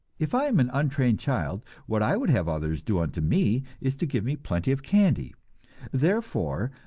if i am an untrained child, what i would have others do unto me is to give me plenty of candy therefore,